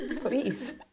please